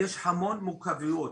יש המון מורכבויות.